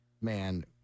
man